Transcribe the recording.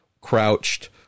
crouched